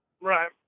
Right